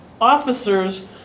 officers